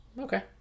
Okay